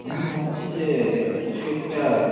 আমি ভাবছি যে কিছু একটা